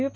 V